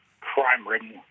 crime-ridden